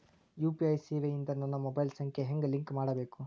UPI ಸೇವೆ ಇಂದ ನನ್ನ ಮೊಬೈಲ್ ಸಂಖ್ಯೆ ಹೆಂಗ್ ಲಿಂಕ್ ಮಾಡಬೇಕು?